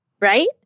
right